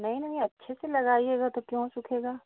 नहीं नहीं अच्छे से लगाइएगा तो क्यों सूखेगा